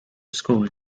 school